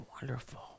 wonderful